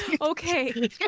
Okay